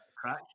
crack